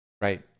Right